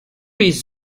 les